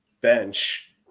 bench